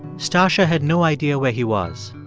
stacya had no idea where he was.